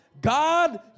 God